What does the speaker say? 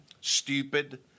stupid